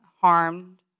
harmed